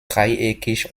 dreieckig